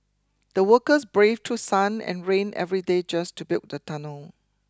the workers braved through sun and rain every day just to build the tunnel